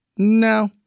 No